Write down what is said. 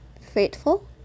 Faithful